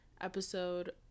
episode